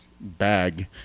bag